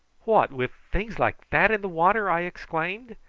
what, with things like that in the water? i exclaimed.